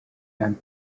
and